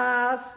að